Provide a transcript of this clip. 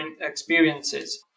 experiences